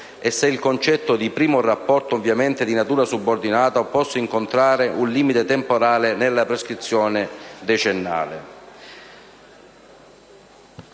e se il concetto di primo rapporto, ovviamente di natura subordinata, possa incontrare un limite temporale nella prescrizione decennale.